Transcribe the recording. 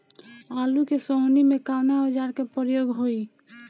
आलू के सोहनी में कवना औजार के प्रयोग होई?